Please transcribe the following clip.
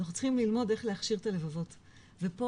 אנחנו צריכים ללמוד איך להכשיר את הלבבות ולכן